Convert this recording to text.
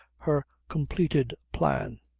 her completed plan.